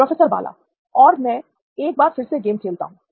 professor Bala और मैं एक बार फिर से गेम खेलता हूं